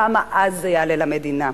כמה אז זה יעלה למדינה?